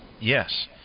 Yes